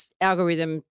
algorithm